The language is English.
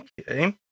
Okay